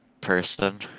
person